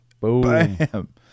boom